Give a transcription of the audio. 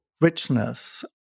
richness